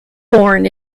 born